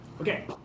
Okay